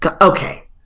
Okay